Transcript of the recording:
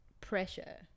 pressure